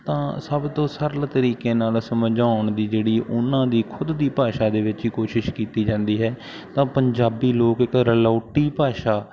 ਤਾਂ ਸਭ ਤੋਂ ਸਰਲ ਤਰੀਕੇ ਨਾਲ ਸਮਝਾਉਣ ਦੀ ਜਿਹੜੀ ਉਹਨਾਂ ਦੀ ਖੁਦ ਦੀ ਭਾਸ਼ਾ ਦੇ ਵਿੱਚ ਹੀ ਕੋਸ਼ਿਸ਼ ਕੀਤੀ ਜਾਂਦੀ ਹੈ ਤਾਂ ਪੰਜਾਬੀ ਲੋਕ ਇੱਕ ਰਲੌਟੀ ਭਾਸ਼ਾ